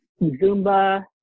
Zumba